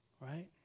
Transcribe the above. Right